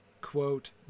quote